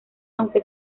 aunque